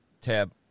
Tab